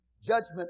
judgment